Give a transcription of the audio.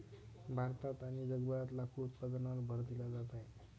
भारतात आणि जगभरात लाकूड उत्पादनावर भर दिला जात आहे